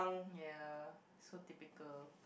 ya so typical